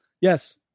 Yes